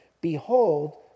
behold